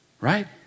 right